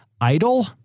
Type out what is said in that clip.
idle